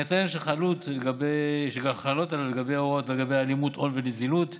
בהינתן שחלות לגביו הוראות לגבי הלימות הון ונזילות.